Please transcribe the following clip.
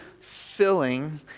filling